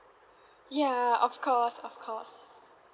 ya of course of course